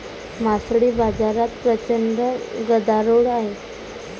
मासळी बाजारात प्रचंड गदारोळ आहे